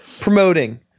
promoting